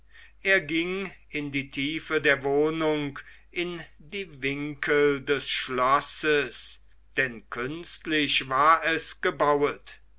er ging in die tiefe der wohnung in die winkel des schlosses denn künstlich war es gebauet